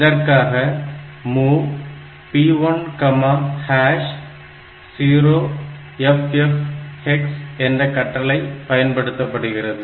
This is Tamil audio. இதற்காக MOV P10FF hex என்ற கட்டளை பயன்படுத்தப்படுகிறது